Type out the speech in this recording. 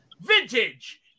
vintage